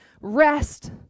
Rest